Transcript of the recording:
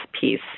piece